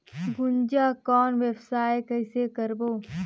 गुनजा कौन व्यवसाय कइसे करबो?